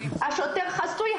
השוטר חסוי.